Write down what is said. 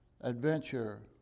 Adventure